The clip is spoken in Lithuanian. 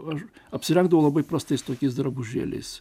aš apsirengdavau labai prastais tokiais drabužėliais